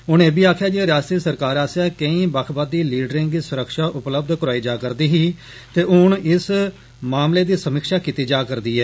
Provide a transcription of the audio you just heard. उनें इब्बी आखेआ जे रिआसती सरकार आसेआ केई बक्खवादी लीडरें गी सुरक्षा उपलब्ध करोआई जा'रदी ही ते हून इस मामले दी समीक्षा कीती जा'रदी ऐ